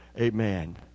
Amen